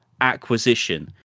acquisition